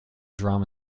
drama